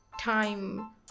Time